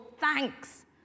thanks